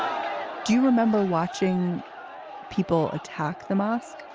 do you remember watching people attack the mosque